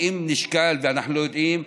ואם נשקל ואנחנו לא יודעים,